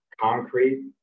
concrete